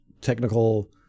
technical